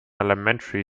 elementary